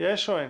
יש או אין?